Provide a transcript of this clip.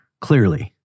clearly